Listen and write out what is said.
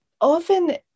often